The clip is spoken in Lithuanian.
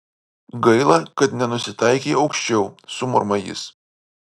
gaila kad nenusitaikei aukščiau sumurma jis